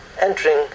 entering